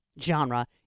genre